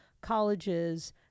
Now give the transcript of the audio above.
colleges